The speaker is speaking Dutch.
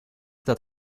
dat